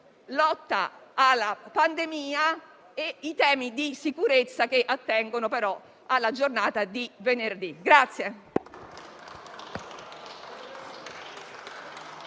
lotta alla pandemia e sui temi di sicurezza che attengono però alla giornata di venerdì.